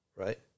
right